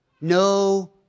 no